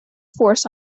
force